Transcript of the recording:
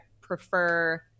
prefer